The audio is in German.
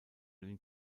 den